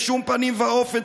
בשום פנים ואופן,